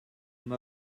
m’a